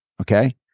Okay